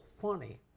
funny